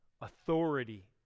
authority